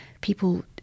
people